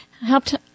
helped